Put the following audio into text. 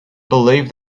believed